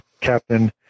Captain